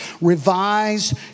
revised